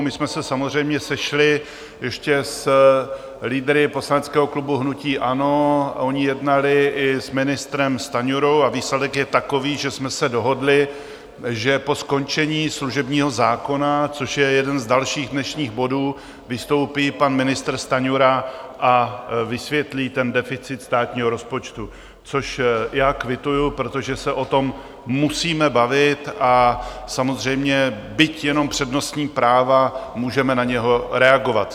My jsme se samozřejmě sešli ještě s lídry poslaneckého klubu hnutí ANO, oni jednali i s ministrem Stanjurou a výsledek je takový, že jsme se dohodli, že po skončení služebního zákona, což je jeden z dalších dnešních bodů, vystoupí pan ministr Stanjura a vysvětlí ten deficit státního rozpočtu, což já kvituju, protože se o tom musíme bavit, a samozřejmě byť jenom přednostní práva, můžeme na něj reagovat.